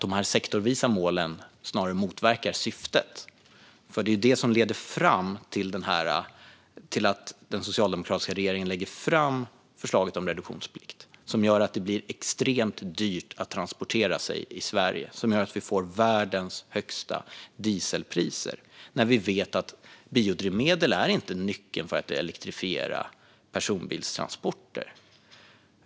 De sektorsvisa målen motverkar snarare syftet. De sektorsvisa målen ledde fram till att den socialdemokratiska regeringen lade fram förslaget om reduktionsplikt som gör det extremt dyrt att transportera sig i Sverige och att vi har världens högsta dieselpriser. Vi vet att biodrivmedel inte är nyckeln till att elektrifiera personbilstransporter.